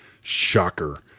Shocker